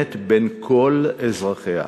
הוגנת בין כל אזרחיה: